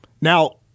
Now